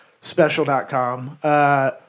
Special.com